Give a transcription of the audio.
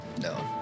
No